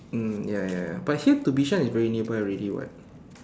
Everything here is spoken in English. mm ya ya ya but here to Bishan is very nearby ready [what]